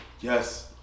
Yes